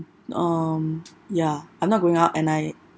um ya I'm not going out and I